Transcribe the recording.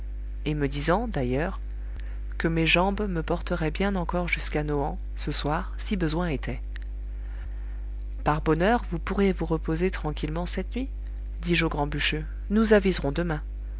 et me disant d'ailleurs que mes jambes me porteraient bien encore jusqu'à nohant ce soir si besoin était par bonheur vous pourrez vous reposer tranquillement cette nuit dis-je au grand bûcheux nous aviserons demain